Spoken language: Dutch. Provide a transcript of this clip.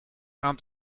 aan